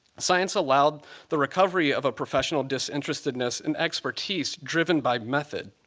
science allowed the recovery of a professional disinterestedness in expertise driven by method.